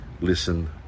Listen